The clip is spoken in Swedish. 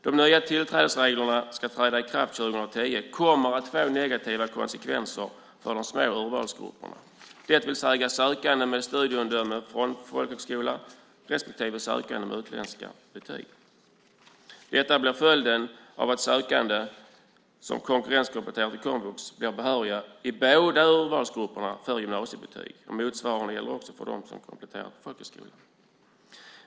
De nya tillträdesregler som ska träda i kraft år 2010 kommer att få negativa konsekvenser för de små urvalsgrupperna, det vill säga sökande med studieomdöme från folkhögskola respektive sökande med utländska betyg. Detta blir följden av att sökande som konkurrenskompletterat vid komvux blir behöriga i båda urvalsgrupperna för gymnasiebetyg. Motsvarande gäller för dem som kompletterat vid folkhögskola.